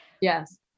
Yes